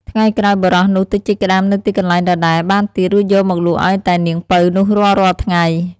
ថ្ងៃក្រោយបុរសនោះទៅជីកក្ដាមនៅទីកន្លែងដដែលបានទៀត រួចយកមកលក់ឲ្យតែនាងពៅនោះរាល់ៗថ្ងៃ។